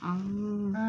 ah